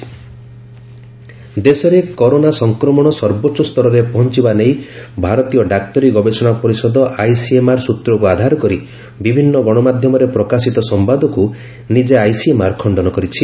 ICMR media report ଦେଶରେ corona ସଂକ୍ମଣ ସର୍ବୋଚ୍ଚସ୍ତରରେ ପହଞ୍ଚିବା ନେଇ ଭାରତୀୟ ଡାକ୍ତରୀ ଗବେଷଣା ପରିଷଦ ଆଇସିଏମ୍ଆର୍ ସୂତ୍ରକୁ ଆଧାର କରି ବିଭିନ୍ନ ଗଣମାଧ୍ୟମରେ ପ୍ରକାଶିତ ସମ୍ଭାଦକୁ ନିଜେ ଆଇସିଏମ୍ଆର୍ ଖଣ୍ଡନ କରିଛି